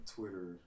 Twitter